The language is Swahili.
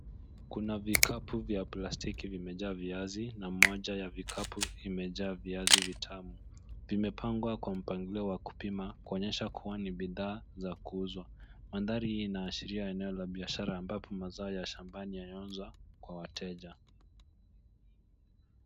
Kuna vikapu vya plastiki vimejaa viazi na moja ya vikapu imejaa viazi vitamu. Vimepangwa kwa mpangilio wa kupima kuonyesha kuwa ni bidhaa za kuuzwa. Mandhari hii inaashiria eneo la biashara ambapo mazao ya shamabani yanauzwa kwa wateja.